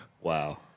Wow